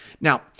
Now